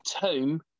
tomb